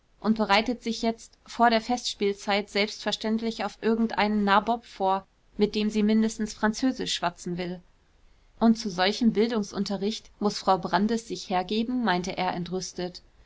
und bereitet sich jetzt vor der festspielzeit selbstverständlich auf irgendeinen nabob vor mit dem sie mindestens französisch schwatzen will und zu solchem bildungsunterricht muß frau brandis sich hergeben meinte er entrüstet